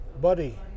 Buddy